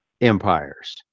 empires